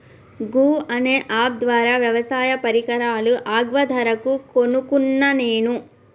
గూ అనే అప్ ద్వారా వ్యవసాయ పరికరాలు అగ్వ ధరకు కొనుకున్న నేను